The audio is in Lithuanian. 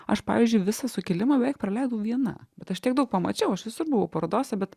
aš pavyzdžiui visą sukilimą beveik praleidau viena bet aš tiek daug pamačiau aš visur buvau parodose bet